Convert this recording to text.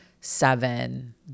seven